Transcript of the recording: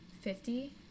Fifty